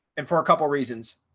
and for a couple reasons,